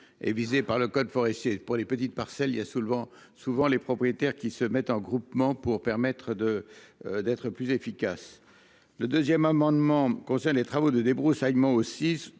et visées par le code forestier pour les petites parcelles il y a souvent, souvent, les propriétaires qui se mettent un groupement pour permettre de d'être plus efficace. Le 2ème amendement concerne les travaux de débroussaillement aussi